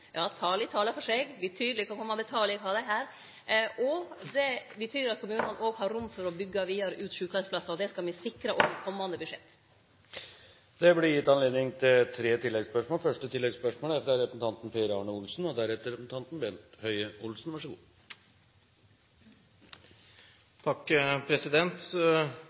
Ja, tala talar for seg – betydelege tal, eg har dei her. Det betyr at kommunane òg har rom for å byggje vidare ut sjukeheimsplassar. Det skal me sikra òg i komande budsjett. Det blir gitt anledning til tre oppfølgingsspørsmål – først Per Arne Olsen. Jeg synes det er veldig hyggelig at statsråden har vært i Fredericia og